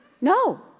no